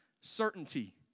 certainty